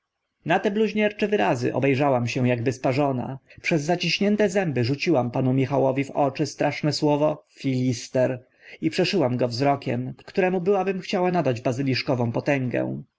na te bluźniercze wyrazy obe rzałam się akby sparzona przez zaciśnięte zęby rzuciłam panu michałowi w oczy straszne słowo filister i przeszyłam go wzrokiem któremu byłabym chciała nadać bazyliszkową potęgę